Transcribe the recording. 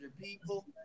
people